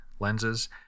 lenses